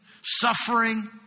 suffering